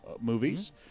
movies